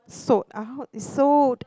sold out is sold